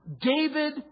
David